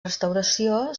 restauració